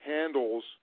handles